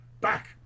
Back